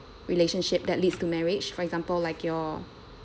relationship that leads to marriage for example like your